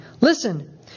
listen